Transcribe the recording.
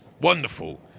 Wonderful